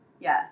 Yes